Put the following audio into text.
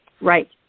Right